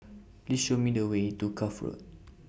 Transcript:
Please Show Me The Way to Cuff Road